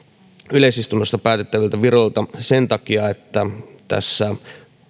yleisistunnossa päätettäviltä viroilta sen takia että tässä